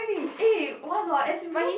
eh want or not as in because